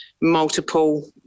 multiple